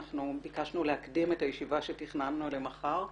אנחנו ביקשנו להקדים את הישיבה שתכננו למחר,